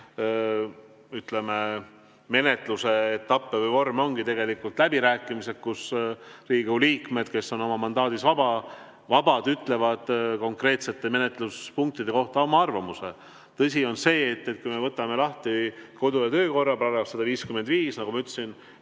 menetluse etappe või vorme läbirääkimised, kus Riigikogu liikmed, kes on oma mandaadis vabad, ütlevad konkreetsete menetluspunktide kohta oma arvamuse. Tõsi on see, et kui me võtame lahti kodu- ja töökorra § 155, siis,